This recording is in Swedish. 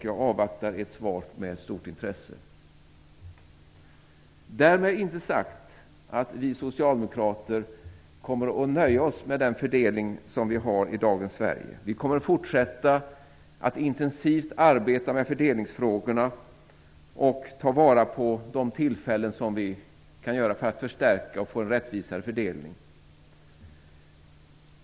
Jag avvaktar ert svar med stort intresse. Därmed inte sagt att vi socialdemokrater kommer att nöja oss med den fördelning som vi har i dagens Sverige. Vi kommer att fortsätta att intensivt arbeta med fördelningsfrågorna och ta vara på alla tillfällen till förstärkning och en rättvisare fördelning.